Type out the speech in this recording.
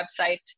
websites